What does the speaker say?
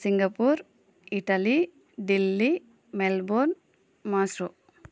Singapore Italy Delhi Melbourne maestro